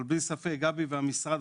אבל אין ספק שגבי והמשרד,